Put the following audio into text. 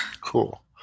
Cool